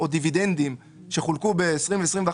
אבל דובר בסוף הדיון הקודם,